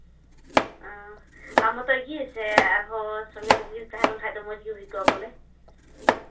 ᱟᱢ ᱢᱚᱛᱚᱡ ᱜᱮ ᱥᱮ ᱟᱨᱦᱚᱸ ᱥᱚᱝᱜᱮ ᱠᱚᱜᱮ ᱛᱟᱦᱮᱸ ᱞᱮᱱᱠᱷᱟᱡ ᱫᱚ ᱢᱚᱡᱽ ᱜᱮ ᱦᱩᱭ ᱠᱚᱜᱼᱟ ᱵᱚᱞᱮ